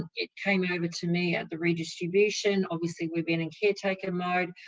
it came over to me at the redistribution. obviously, we've been in caretaker mode.